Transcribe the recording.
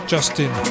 Justin